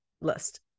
list